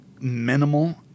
minimal